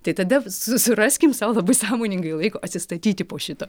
tai tada susiraskim sau labai sąmoningai laiko atsistatyti po šito